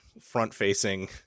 front-facing